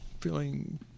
feeling